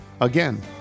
Again